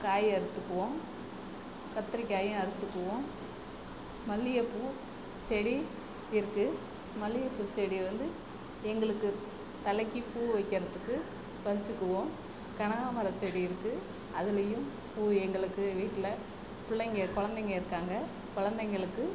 காய் அறுத்துக்குவோம் கத்திரிக்காயும் அறுத்துக்குவோம் மல்லிகைப்பூ செடி இருக்குது மல்லிகைப்பூ செடி வந்து எங்களுக்கு தலைக்கு பூ வைக்கிறதுக்கு பறிச்சிக்குவோம் கனகாம்மர செடி இருக்குது அதுலையும் பூ எங்களுக்கு வீட்டில் பிள்ளைங்க கொழந்தைங்க இருக்காங்க கொழந்தைங்களுக்கு